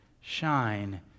shine